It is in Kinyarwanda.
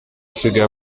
asigaye